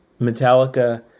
Metallica